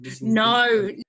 No